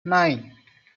nine